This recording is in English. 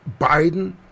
Biden